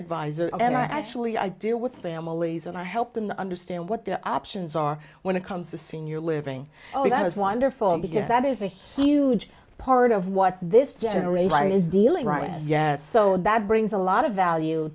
in visor and i actually i deal with families and i help them the understand what their options are when it comes to senior living oh that is wonderful because that is a huge part of what this generation is dealing right yes so bad brings a lot of value